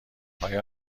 آیا